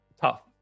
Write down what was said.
tough